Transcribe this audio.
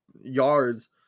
yards